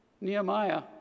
Nehemiah